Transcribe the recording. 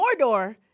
Mordor